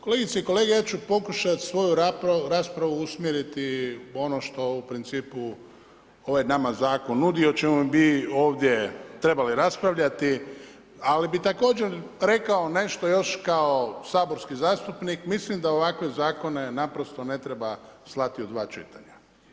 Kolegice i kolege, ja ću pokušat svoju raspravu usmjeriti ono što u principu ovaj nama zakon nudi i o čemu bi ovdje trebali raspravljati, ali bih također rekao nešto još kao saborski zastupnik, mislim da ovakve zakone naprosto ne treba slati u dva čitanja.